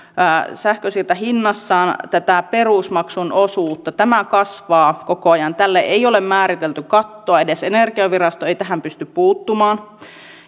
sähkönsiirtohinnassaan tätä perusmaksun osuutta tämä kasvaa koko ajan tälle ei ole määritelty kattoa edes energiavirasto ei tähän pysty puuttumaan